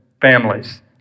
Families